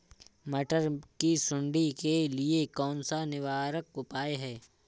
मटर की सुंडी के लिए कौन सा निवारक उपाय है?